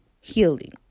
healing